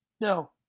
No